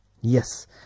Yes